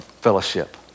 fellowship